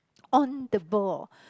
on the ball